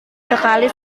sekali